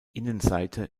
innenseite